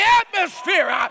atmosphere